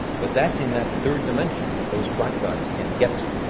but that's in that third dimension that those flat guys can't get to.